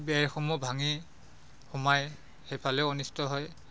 বেৰসমূহ ভাঙি সোমাই সেইফালেও অনিষ্ট হয়